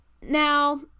Now